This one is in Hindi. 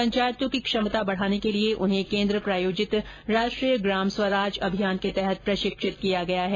पंचायतों की क्षमता बढाने के लिए उन्हें केन्द्र प्रायोजित राष्ट्रीय ग्राम स्वराज अभियान के तहत प्रशिक्षित किया गया है